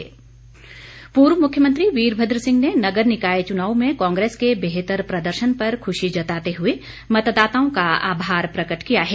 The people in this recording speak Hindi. कांग्रेस पूर्व मुख्यमंत्री वीरभद्र सिंह ने नगर निकाय चुनाव में कांग्रेस के बेहतर प्रदर्शन पर खुशी जताते हुए मतदाताओं का आभार प्रकट किया है